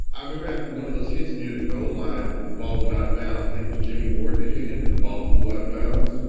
i remember after one of those hits near the goal line with the ball, well, not a bounce. i think it was jimmy ward that hit him and the ball flew out of bounds.